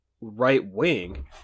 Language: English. right-wing